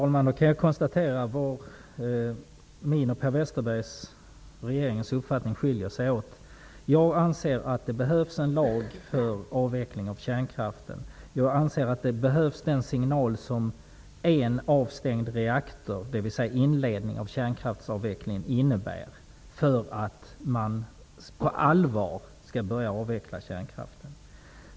Herr talman! Jag kan konstatera var min och Per Westerbergs -- och regeringens -- uppfattning skiljer sig åt. Jag anser att det behövs en lag för avveckling av kärnkraften. Jag anser att den signal som en avstängd reaktor, dvs. en inledning av kärnkraftsavvecklingen, behövs för att man på allvar skall börja avveckla kärnkraften.